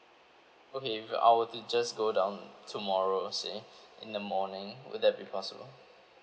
okay if I were to just go down tomorrow say in the morning will that be possible